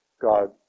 God